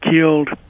killed